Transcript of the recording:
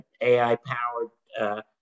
AI-powered